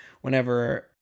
whenever